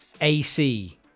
AC